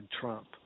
Trump